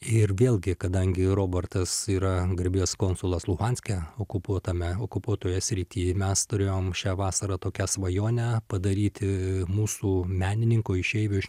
ir vėlgi kadangi robortas yra garbės konsulas luhanske okupuotame okupuotoje srity mes turėjom šią vasarą tokią svajonę padaryti mūsų menininko išeivio iš